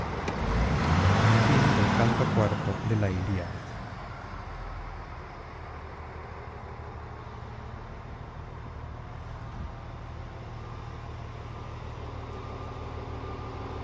de la iliada